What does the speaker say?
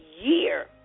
year